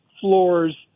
floors